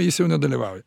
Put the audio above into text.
jis jau nedalyvauja